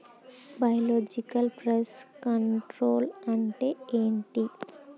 Biological pest control అంటే ఏమిటి?